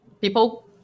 people